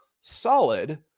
solid